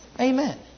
Amen